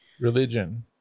Religion